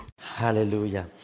Hallelujah